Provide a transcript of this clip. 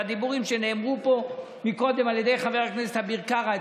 והדיבורים שנאמרו פה קודם על ידי חבר הכנסת אביר קארה,